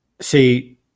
see